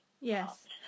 Yes